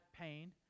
pain